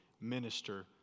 minister